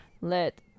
let